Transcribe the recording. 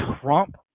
Trump